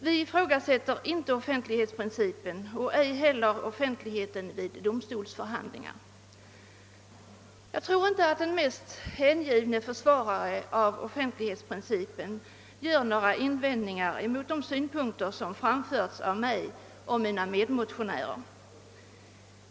Vi ifrågasätter varken offentlighetsprincipen eller offentligheten vid domstolsförhandlingar. Jag tror inte att den mest hängivne försvarare av offentlighetsprincipen gör några invändningar mot de synpunkter som framförts av mig och mina medmotionärer.